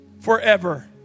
forever